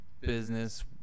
business